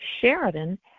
Sheridan